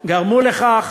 גרמו לכך